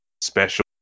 special